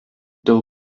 dėl